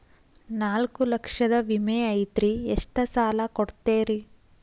ನಾಲ್ಕು ಲಕ್ಷದ ವಿಮೆ ಐತ್ರಿ ಎಷ್ಟ ಸಾಲ ಕೊಡ್ತೇರಿ?